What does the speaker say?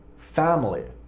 family,